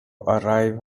arrive